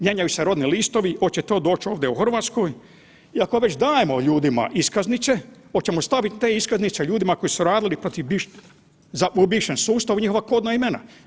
Mijenjaju se rodni listovi, hoće to doći ovdje u Hrvatskoj, iako već dajemo ljudima iskaznice, hoćemo staviti te iskaznice ljudima koji su radili protiv .../nerazumljivo/... za u bivšeg sustavu njihova kodna imena?